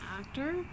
actor